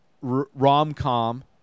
rom-com